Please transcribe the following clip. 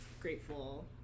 grateful